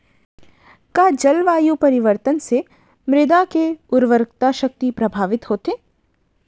का जलवायु परिवर्तन से मृदा के उर्वरकता शक्ति प्रभावित होथे?